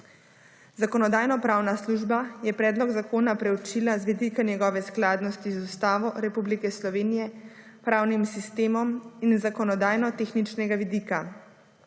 Zakonodajno-pravna služba je predlog zakona proučila z vidika njegove skladnosti z Ustavo Republike Slovenije, pravnim sistemom in iz zakonodajno-tehničnega vidika.